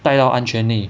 带到安全内